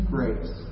Grace